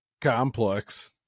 complex